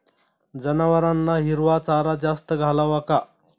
जनावरांना हिरवा चारा जास्त घालावा का?